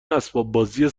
اسباببازی